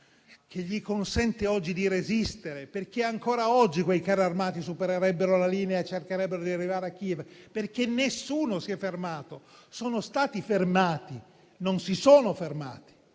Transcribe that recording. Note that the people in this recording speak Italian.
che gli consente oggi di resistere, perché ancora oggi quei carri armati supererebbero la linea e cercherebbero di arrivare a Kiev, perché nessuno si è fermato. Sono stati fermati, non si sono fermati;